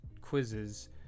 quizzes